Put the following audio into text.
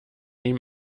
ihm